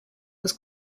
was